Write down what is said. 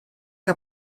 que